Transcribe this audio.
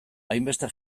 hainbeste